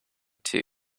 two